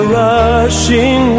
rushing